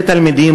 הרבה תלמידים,